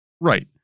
Right